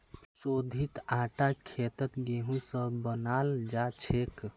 शोधित आटा खेतत गेहूं स बनाल जाछेक